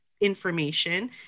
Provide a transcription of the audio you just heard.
information